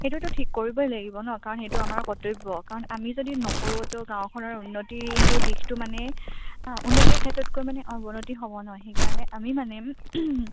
সেইটোতো ঠিক কৰিবই লাগিব নহ্ কাৰণ সেইটো আমাৰ কৰ্তব্য কাৰণ আমি যদি নকৰোঁ ত' গাঁওখনৰ উন্নতিটো দিশটো মানে উন্নতিৰ ক্ষেত্ৰতকৈ মানে অৱনতি হ'ব নহ্ সেইকাৰণে আমি মানে